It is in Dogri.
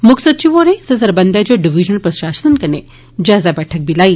म्क्ख सचिव होरें इस सरबंधै इच डिविजनल प्रशा सन कन्नै जायजा बैठक लाई